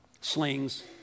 slings